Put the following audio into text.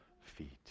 feet